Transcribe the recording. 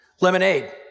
lemonade